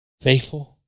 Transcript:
faithful